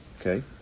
Okay